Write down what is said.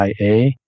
IA